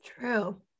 True